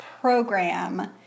program